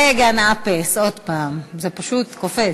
רגע, נאפס, עוד פעם, זה פשוט קופץ.